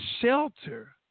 shelter